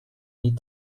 need